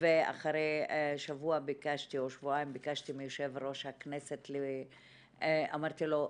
ואחרי שבוע או שבועיים ביקשתי מיושב ראש הכנסת אמרתי לו,